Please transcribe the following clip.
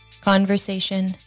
conversation